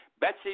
Betsy